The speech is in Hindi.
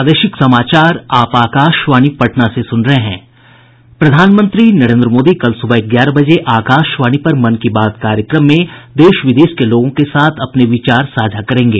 प्रधानमंत्री नरेन्द्र मोदी कल सुबह ग्यारह बजे आकाशवाणी पर मन की बात कार्यक्रम में देश विदेश के लोगों के साथ अपने विचार साझा करेंगे